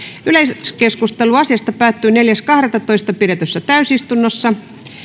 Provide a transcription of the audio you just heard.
yleiskeskustelu asiasta päättyi neljäs kahdettatoista kaksituhattakahdeksantoista pidetyssä täysistunnossa